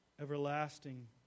Everlasting